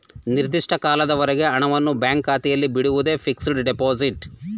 ನಿರ್ದಿಷ್ಟ ಕಾಲದವರೆಗೆ ಹಣವನ್ನು ಬ್ಯಾಂಕ್ ಖಾತೆಯಲ್ಲಿ ಬಿಡುವುದೇ ಫಿಕ್ಸಡ್ ಡೆಪೋಸಿಟ್